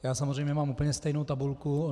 Já samozřejmě mám úplně stejnou tabulku.